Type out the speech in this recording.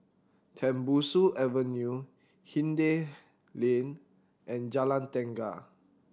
Tembusu Avenue Hindhede Lane and Jalan Tenaga